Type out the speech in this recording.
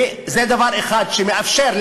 וזה דבר אחד שמאפשר.